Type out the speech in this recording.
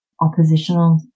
oppositional